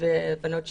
ובנות שירות,